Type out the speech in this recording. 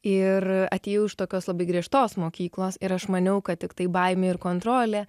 ir atėjau iš tokios labai griežtos mokyklos ir aš maniau kad tiktai baimė ir kontrolė